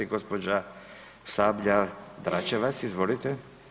Gospođa Sabljar-Dračevac izvolite.